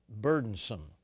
burdensome